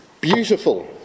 beautiful